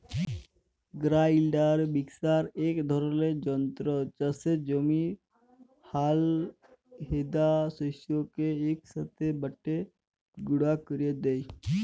grinder mixer ইক ধরলের যল্তর চাষের জমির আলহেদা শস্যকে ইকসাথে বাঁটে গুঁড়া ক্যরে দেই